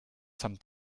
some